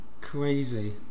Crazy